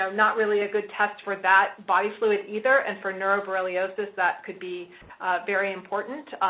so not really a good test for that body fluid either, and for neuroborreliosis that could be very important.